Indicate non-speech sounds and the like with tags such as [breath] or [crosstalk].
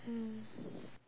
mm [breath]